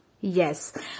yes